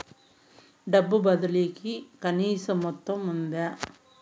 డబ్బు బదిలీ కి కనీస మొత్తం ఉందా?